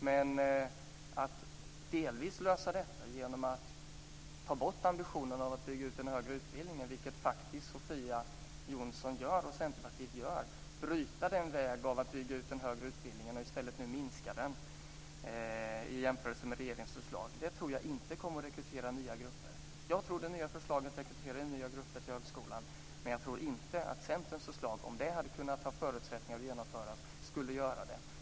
Men att delvis lösa det genom att ta bort ambitionen att bygga ut den högre utbildningen - vilket faktiskt Sofia Jonsson och Centerpartiet föreslår - och i stället minska den i jämförelse med regeringens förslag tror jag inte kommer att rekrytera nya grupper. Jag tror att det nya förslaget kommer att rekrytera nya grupper till högskolan. Men jag tror inte att Centerns förslag, om det hade haft förutsättningar att genomföras, skulle göra det.